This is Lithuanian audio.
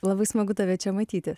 labai smagu tave čia matyti